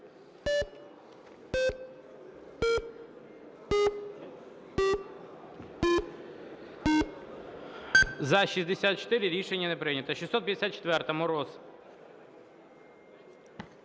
За-64 Рішення не прийнято. 654-а, Мороз.